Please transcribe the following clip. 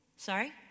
Sorry